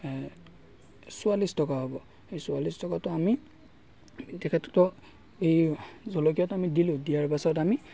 চৌৰাল্লিছ টকা হ'ব সেই চৌৰাল্লিছ টকাটো আমি তেখেতৰ এই জলকীয়াত আমি দিলোঁ দিয়াৰ পাছত আমি